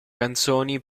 canzoni